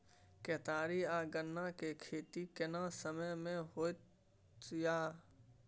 केतारी आ गन्ना के खेती केना समय में होयत या?